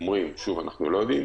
שוב, אנחנו לא יודעים